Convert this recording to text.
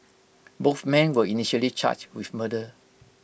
both men were initially charged with murder